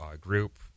group